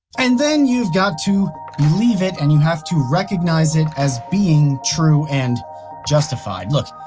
and then you've got to believe it and you have to recognize it as being true and justified. look.